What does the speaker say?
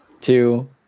two